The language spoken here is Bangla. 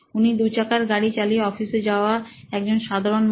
উনি দুচাকার গাড়ি চালিয়ে অফিসে যাওয়া একজন সাধারণ মা